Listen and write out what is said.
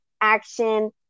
action